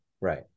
Right